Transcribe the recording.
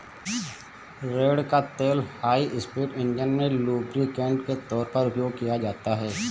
रेड़ का तेल high speed engine में लुब्रिकेंट के तौर पर उपयोग किया जाता है